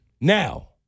Now